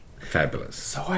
fabulous